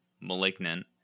Malignant